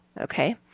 Okay